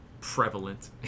prevalent